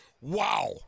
wow